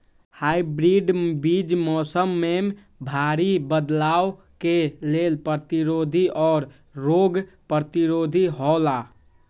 hybrid बीज मौसम में भारी बदलाव के लेल प्रतिरोधी और रोग प्रतिरोधी हौला